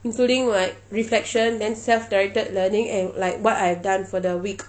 including like reflection then self-directed learning and like what I have done for the week